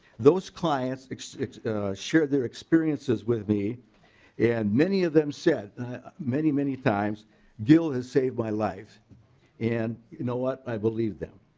those clients shared their experiences with me and many of them said many many times guild has saved my life and you know what i believe them.